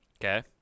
Okay